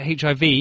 HIV